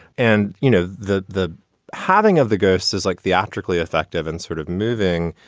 and, you know, the the having of the ghost is like the optically affective and sort of moving.